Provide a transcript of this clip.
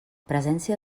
presència